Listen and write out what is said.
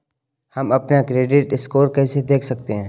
हम अपना credit score कैसे देख सकते हैं?